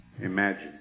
Imagine